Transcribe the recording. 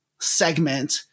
segment